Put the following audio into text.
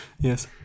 yes